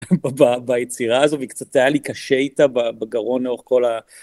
ביצירה הזו והיא קצת הייתה לי קשה איתה בגרון לאורך כל ה...